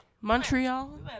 Montreal